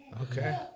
Okay